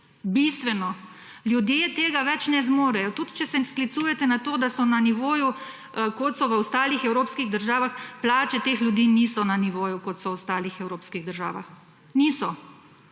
bistveno. Ljudje tega več ne zmorejo, tudi če se sklicujete na to, da so na nivoju, kot so v ostalih evropskih državah, plače teh ljudi niso na nivoju, kot so v ostalih evropskih državah, niso.